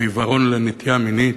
עיוורון לנטייה מינית,